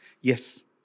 yes